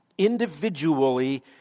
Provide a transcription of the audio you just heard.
individually